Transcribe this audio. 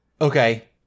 Okay